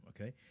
okay